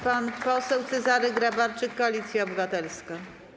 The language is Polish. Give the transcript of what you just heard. Pan poseł Cezary Grabarczyk, Koalicja Obywatelska.